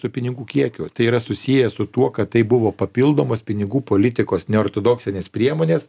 su pinigų kiekiu tai yra susiję su tuo kad tai buvo papildomos pinigų politikos neortodoksinės priemonės